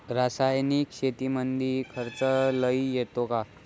रासायनिक शेतीमंदी खर्च लई येतो का?